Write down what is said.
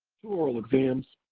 two oral exams,